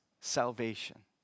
salvation